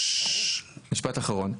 משפט אחרון,